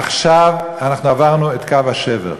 עכשיו עברנו את קו השבר.